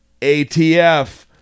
ATF